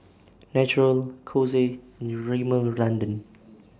Naturel Kose and Rimmel London